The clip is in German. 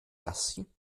gassi